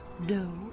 No